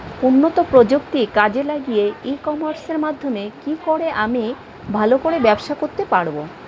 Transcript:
উন্নত প্রযুক্তি কাজে লাগিয়ে ই কমার্সের মাধ্যমে কি করে আমি ভালো করে ব্যবসা করতে পারব?